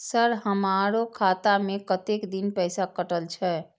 Sir हमारो खाता में कतेक दिन पैसा कटल छे?